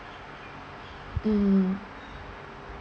mm